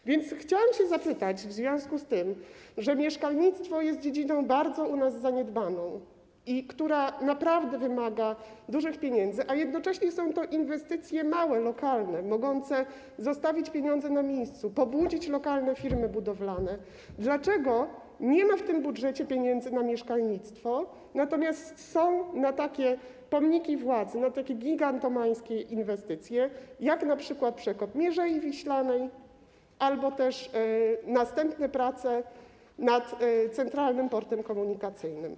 A więc chciałam zapytać - w związku z tym, że mieszkalnictwo jest dziedziną bardzo u nas zaniedbaną, która naprawdę wymaga dużych pieniędzy, a jednocześnie są to inwestycje małe, lokalne, mogące zostawić pieniądze na miejscu, pobudzić lokalne firmy budowlane - dlaczego nie ma w tym budżecie pieniędzy na mieszkalnictwo, natomiast są na takie pomniki władzy, na takie gigantomańskie inwestycje, jak np. przekop Mierzei Wiślanej albo też następne prace nad Centralnym Portem Komunikacyjnym.